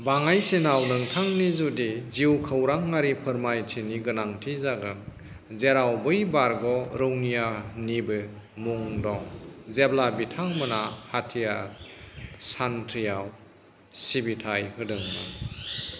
बाङाइसिनाव नोंथांनि जुदि जिउखौरांआरि फोरामायथिनि गोनांथि जागोन जेराव बै बारग' रौनियानिबो मुं दं जेब्ला बिथांमोना हाथियार सान्थ्रियाव सिबिथाइ होदोंमोन